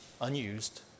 unused